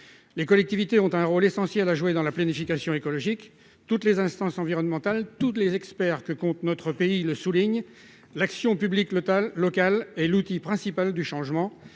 Les collectivités ont un rôle essentiel à jouer dans la planification écologique. Toutes les instances environnementales et tous les experts de notre pays le soulignent : l'action publique locale est l'outil principal du changement.